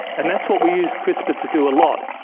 and that's what we use crispr to do a lot,